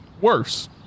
worse